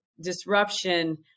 disruption